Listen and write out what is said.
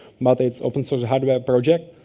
but it's open-source hardware project.